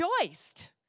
rejoiced